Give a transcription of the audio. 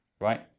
Right